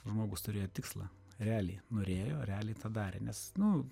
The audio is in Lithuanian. žmogus turėjo tikslą realiai norėjo realiai tą darė nes nu